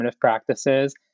practices